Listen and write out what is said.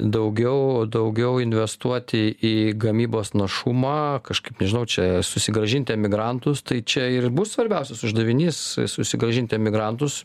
daugiau daugiau investuoti į gamybos našumą kažkaip nežinau čia susigrąžinti emigrantus tai čia ir bus svarbiausias uždavinys susigrąžinti emigrantus